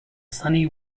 sunny